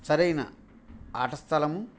సరైన ఆట స్థలము